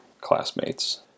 classmates